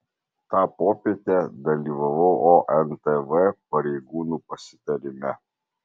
tą popietę dalyvavau ontv pareigūnų pasitarime